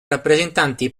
rappresentanti